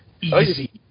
easy